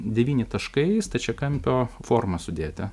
devyni taškai į stačiakampio formą sudėta